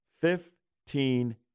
Fifteen